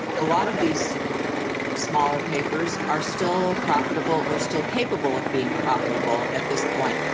a lot of these smaller papers are still profitable or still capable of being profitable at this point.